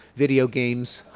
video games,